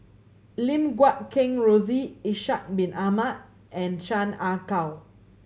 Lim Guat Kheng Rosie Ishak Bin Ahmad and Chan Ah Kow